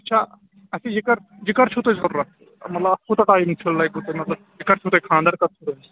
اچھا یہِ کر یہِ کر چھُو تۅہہِ ضروٗرت مطلب اَتھ کوٗتاہ ٹایمِنٛگ چھَو لگوٕ تۄہہِ مطلب یہِ کَر چھُو تۅہہِ خانٛدر کر چھُو تۄہہِ